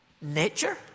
nature